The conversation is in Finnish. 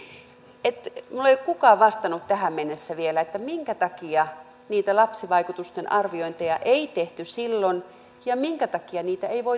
minulle ei ole kukaan vastannut tähän mennessä vielä minkä takia niitä lapsivaikutusten arviointeja ei tehty silloin ja minkä takia niitä ei voitaisi nyt tehdä